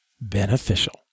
beneficial